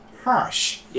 harsh